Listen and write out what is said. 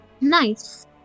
Nice